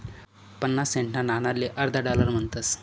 पन्नास सेंटना नाणाले अर्धा डालर म्हणतस